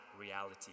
reality